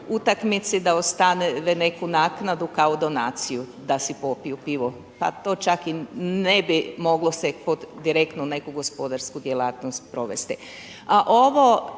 utakmici da ostave neku naknadu kao donaciju da si popiju pivo. Pa to čak i ne bi moglo se pod direktno neku gospodarsku djelatnost provesti.